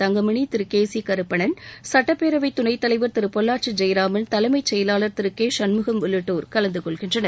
Thangamani Thiru K C Karuppannan சட்டப்பேரவைத் துணைத்தலைவர் திரு பொள்ளாச்சி ஜெயராமன் தலைமைச் செயலாளர் திரு கே சண்முகம் உள்ளிட்டோர் கலந்து கொள்கின்றனர்